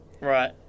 right